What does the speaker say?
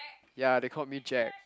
ya they called me Jack